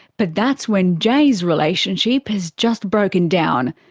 but that's when jay's relationship has just broken down,